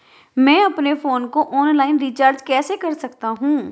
मैं अपने फोन को ऑनलाइन रीचार्ज कैसे कर सकता हूं?